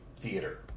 theater